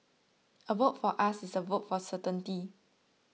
a vote for us is a vote for certainty